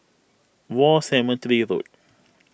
War Cemetery Road